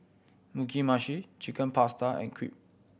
Mugi Meshi Chicken Pasta and Crepe